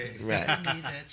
right